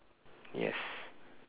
yes